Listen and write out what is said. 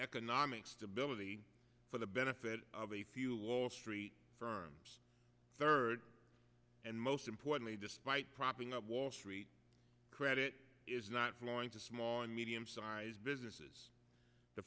economic stability for the benefit of a few wall street firms third and most importantly despite propping up wall street credit is not flowing to small and medium sized businesses the